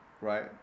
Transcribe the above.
right